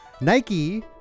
Nike